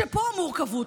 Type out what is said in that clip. שפה המורכבות,